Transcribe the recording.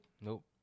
nope